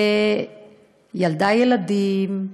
ילדה ילדים,